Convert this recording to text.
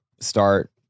start